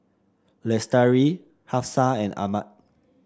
Lestari Hafsa and Ahmad